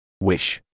Wish